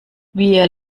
wir